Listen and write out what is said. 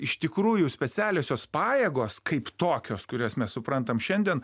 iš tikrųjų specialiosios pajėgos kaip tokios kurias mes suprantam šiandien